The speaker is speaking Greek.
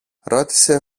ρώτησε